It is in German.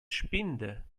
spinde